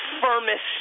firmest